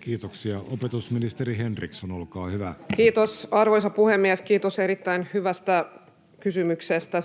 Kiitoksia. — Opetusministeri Henriksson, olkaa hyvä. Kiitos, arvoisa puhemies! Kiitos erittäin hyvästä kysymyksestä.